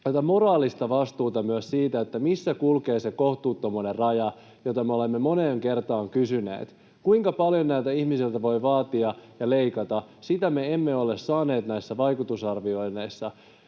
moraalista vastuuta siitä, missä kulkee se kohtuuttomuuden raja, jota me olemme moneen kertaan kysyneet. Sitä, kuinka paljon näiltä ihmisiltä voi vaatia ja leikata, me emme ole saaneet näissä vaikutusarvioinneissa